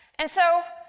and so,